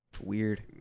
weird